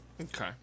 Okay